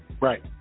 right